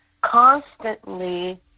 constantly